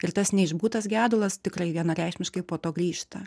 ir tas neišbūtas gedulas tikrai vienareikšmiškai po to grįžta